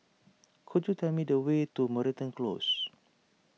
could you tell me the way to Moreton Close